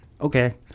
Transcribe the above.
okay